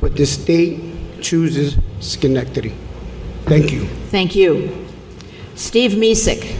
but this state chooses schenectady thank you thank you steve me sick